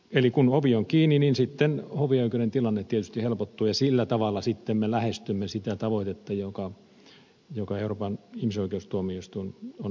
eli kun ovi on kiinni niin sitten hovioikeuden tilanne tietysti helpottuu ja sillä tavalla me lähestymme sitä tavoitetta jonka euroopan ihmisoikeustuomioistuin on asettanut